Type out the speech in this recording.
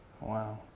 Wow